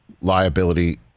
liability